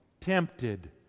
Tempted